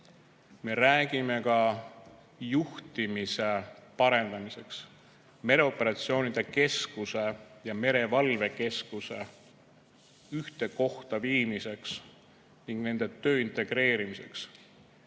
Me räägime ka juhtimise parendamisest, mereoperatsioonide keskuse ja merevalvekeskuse ühte kohta viimisest ning nende töö integreerimisest,